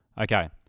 Okay